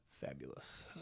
fabulous